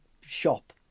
shop